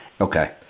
Okay